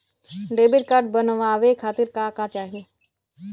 Debit card बनवावे खातिर का का चाही?